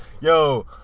Yo